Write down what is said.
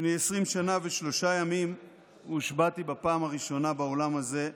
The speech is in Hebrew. לפני 20 שנה ושלושה ימים הושבעתי בפעם הראשונה באולם הזה,